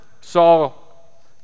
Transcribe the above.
Saul